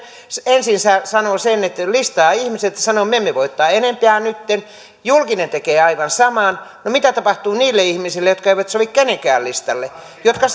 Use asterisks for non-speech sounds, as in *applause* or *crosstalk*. ensin listaa ihmiset ja sanoo että me emme voi ottaa enempää nytten julkinen tekee aivan saman niin mitä tapahtuu niille ihmisille jotka eivät sovi kenenkään listalle jotka *unintelligible*